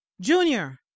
Junior